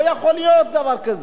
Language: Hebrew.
לא יכול להיות דבר כזה.